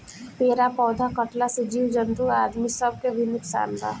पेड़ आ पौधा कटला से जीव जंतु आ आदमी सब के भी नुकसान बा